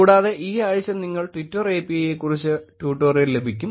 കൂടാതെ ഈ ആഴ്ച നിങ്ങൾക്ക് ട്വിറ്റർ API യെക്കുറിച്ച് ട്യൂട്ടോറിയൽ ലഭിക്കും